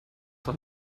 doch